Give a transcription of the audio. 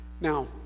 Now